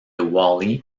wally